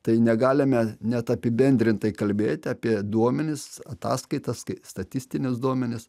tai negalime net apibendrintai kalbėti apie duomenis ataskaitas kai statistinius duomenis